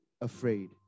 Afraid